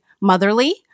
Motherly